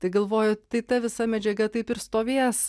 tai galvoju tai ta visa medžiaga taip ir stovės